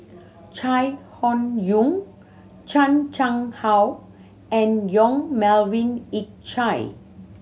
Chai Hon Yoong Chan Chang How and Yong Melvin Yik Chye